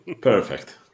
Perfect